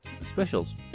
specials